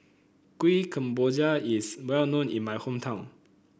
Kuih Kemboja is well known in my hometown